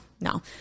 no